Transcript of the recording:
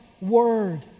Word